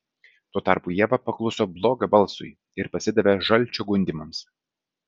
tuo tarpu ieva pakluso blogio balsui ir pasidavė žalčio gundymams